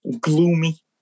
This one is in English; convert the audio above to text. gloomy